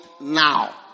now